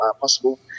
possible